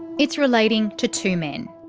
it's relating to two men.